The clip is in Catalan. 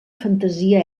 fantasia